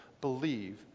believe